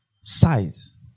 Size